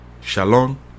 Shalom